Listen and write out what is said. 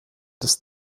des